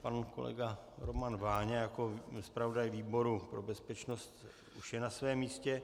Pan kolega Roman Váňa jako zpravodaj výboru pro bezpečnost už je na svém místě.